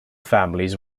families